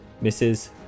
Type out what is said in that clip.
misses